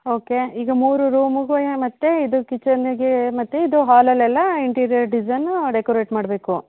okay ಈಗ ಮೂರು ರೂಮುಗು ಮತ್ತು ಇದು ಕಿಚನಿಗೆ ಮತ್ತು ಇದು ಹಾಲಲೆಲ್ಲ ಇಂಟೀರಿಯರ್ ಡಿಸೈನು ಡೆಕೊರೇಟ್ ಮಾಡಬೇಕು